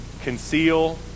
Conceal